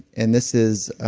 and this is